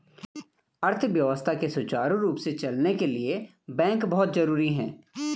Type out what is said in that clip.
अर्थव्यवस्था के सुचारु रूप से चलने के लिए बैंक बहुत जरुरी हैं